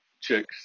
chicks